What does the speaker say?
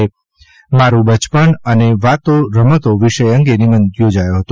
મારું બચપણ અને વાતો રમતો વિષય અંગે નિબંધ યોજાયો હતો